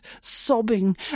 sobbing